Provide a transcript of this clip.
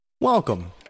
Welcome